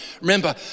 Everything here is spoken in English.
Remember